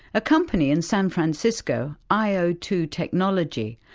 a company in san francisco, i o two technology,